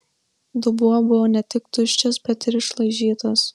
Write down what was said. dubuo buvo ne tik tuščias bet ir išlaižytas